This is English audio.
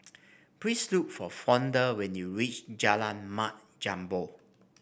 please look for Fonda when you reach Jalan Mat Jambol